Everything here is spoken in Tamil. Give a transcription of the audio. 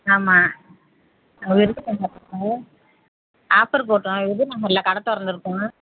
ஆமாம் விருதுநகரில் ஆஃபர் போட்டோம் விருதுநகரில் கடை திறந்துருக்கோம்